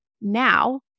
Now